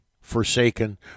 forsaken